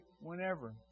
whenever